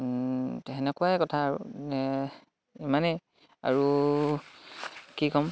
তেনেকুৱাই কথা আৰু ইমানেই আৰু কি ক'ম